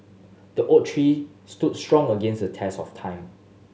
the oak tree stood strong against the test of time